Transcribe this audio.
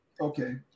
Okay